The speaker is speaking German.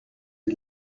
die